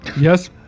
Yes